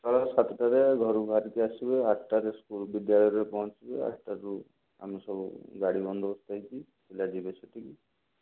ସକାଳ ସାତଟାରେ ଘରୁ ବାହାରିକି ଆସିବେ ଆଠଟାରେ ବିଦ୍ୟାଳୟରେ ପହଞ୍ଚିବେ ଆଠଟାରୁ ଆମେ ସବୁ ଗାଡ଼ି ବନ୍ଦୋବସ୍ତ ହେଇଛି ପିଲା ଯିବେ ସେଠିକି